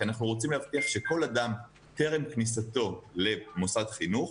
כי אנחנו רוצים להבטיח שכל אדם טרם כניסתו למוסד חינוך,